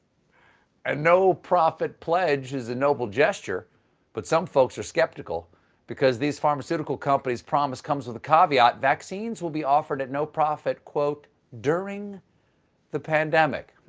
and no profit pledge is a noble gesture but some folks are sceptical because these pharmaceutical companies promise comes with a cav yet vaccines will be offered at no profit quote during the pandemic.